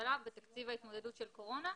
הממשלה בתקציב של התמודדות של קורונה.